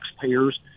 taxpayers